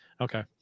Okay